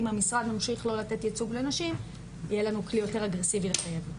אם המשרד ממשיך לא לתת ייצוג לנשים יהיה לנו כלי יותר אגרסיבי לקיים.